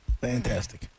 Fantastic